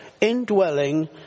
indwelling